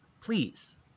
Please